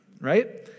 right